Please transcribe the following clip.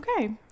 Okay